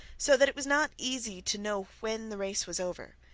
so that it was not easy to know when the race was over.